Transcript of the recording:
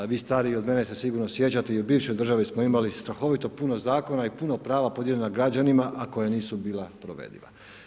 Vi stariji od mene se sigurno sjećate i u bivšoj državi smo imali strahovito puno zakona i puno prava podijeljena građanima a koja nisu bila provediva.